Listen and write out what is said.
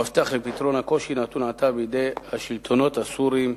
המפתח לפתרון הקושי נתון עתה בידי השלטונות הסוריים",